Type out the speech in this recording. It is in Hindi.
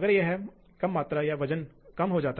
टूल नंबर देना होगा